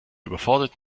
überfordert